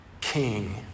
King